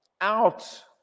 out